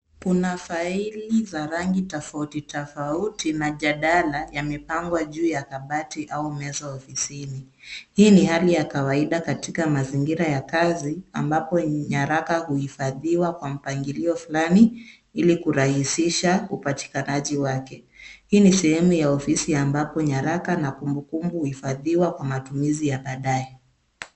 Kuna faili za rangi tofauti tofauti na jadala yamepangwa juu ya kabati au meza ofisini. Hii ni hali ya kawaida katika mazingira ya kazi ambapo nyaraka huifadhiwa kwa mpangiio fulani ili kurahisisha upatikanaji wake. Hii ni sehemu ya ofisi ambapo nyaraka na kumbukumbu huifadhiwa kwa matumizi ya baadaye.